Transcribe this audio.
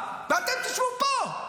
ואתם תשבו פה,